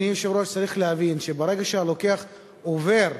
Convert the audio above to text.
אדוני היושב-ראש, צריך להבין שברגע שהלקוח עובר